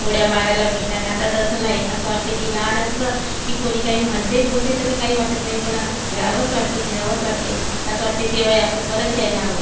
उड्या मारायला भेटतात आता तसं नाही असं वाटते की लहान असलं की कोणी काही म्हणतेय बोलतेय तरी काही वाटत नाही पण असं खेळावंच वाटते खेळावंच वाटते असं वाटते ते वय आपलं परत यायला हवं